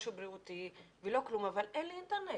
משהו בריאותי ולא כלום, אבל אין לו אינטרנט,